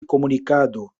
komunikado